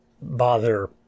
bother